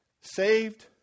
Saved